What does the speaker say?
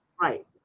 Right